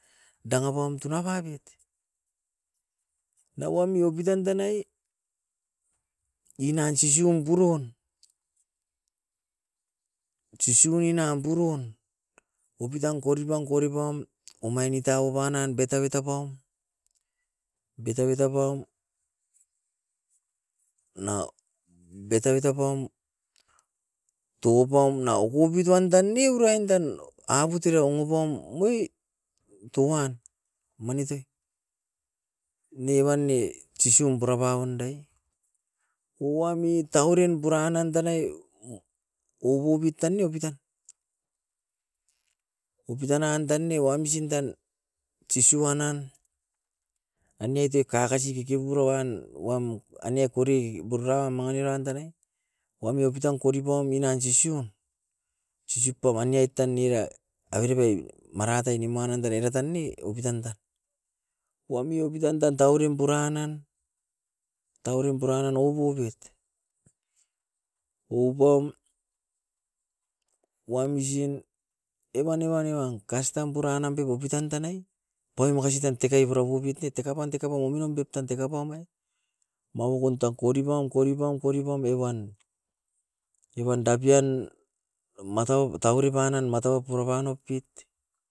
Dakapam tuna babit na wami opitan tanai inan sisiun purun. Sisiun inam purun opitan koripam, koripam omain itauban nan betabet apaum. Betabeta paum na betabeta paum toupam na ukupit wan tan ne uruain tan abut era ounopam moito uan. Manit oi neovan ne sisiun purapaun dae o wami tauren puranan tanai ouopit tan ne opitan, opita nan tan ne wamsin tan sisuan nan ainete kakasi kekepuro wan, wam aniakuri burra manginip eran danai wami opitan koripaum minan siusun, susiu paup aniait tan era. Avere pai marat ai nimanan terai era tan ne opitanda, wami opitandan taurim puran nan, taurim puranan oubobet. Ouboun wamsin evan, evan, evan kastam puranam pep opitan tanai poi makasi tan tekei purapomit ne teka pan, teka pan wominom pep tan tekapa mai, maukon tam koripam, koripam, koripam evan. Evanda pian mataut ta avere panan mataut purapan oupit.